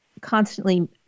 constantly